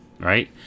Right